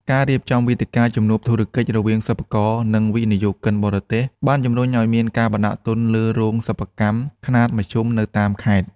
ការរៀបចំវេទិកាជំនួបធុរកិច្ចរវាងសិប្បករ និងវិនិយោគិនបរទេស បានជំរុញឱ្យមានការបណ្ដាក់ទុនលើរោងសិប្បកម្មខ្នាតមធ្យមនៅតាមខេត្ត។